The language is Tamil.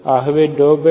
ஆகவே ∂α∂β